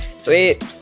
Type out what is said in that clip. Sweet